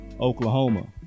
Oklahoma